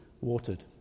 watered